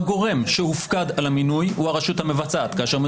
הגורם שהופקד על המינוי הוא הרשות המבצעת,